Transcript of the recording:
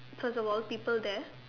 first of all people there